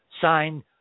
signed